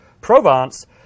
Provence